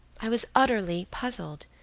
i was utterly puzzled.